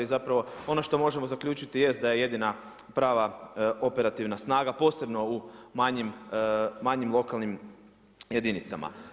Zapravo, ono što možemo zaključiti jest da je jedina prava operativna snaga posebno u manjim lokalnim jedinicama.